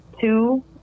Two